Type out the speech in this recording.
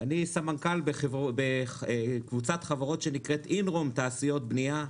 אני סמנכ"ל בקבוצת חברות שנקראת אינרום תעשיות בנייה,